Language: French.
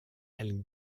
elle